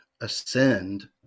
ascend